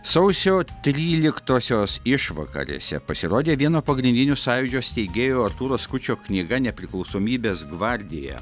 sausio tryliktosios išvakarėse pasirodė vieno pagrindinių sąjūdžio steigėjų artūro skučo knyga nepriklausomybės gvardija